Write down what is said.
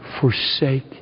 forsake